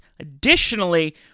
Additionally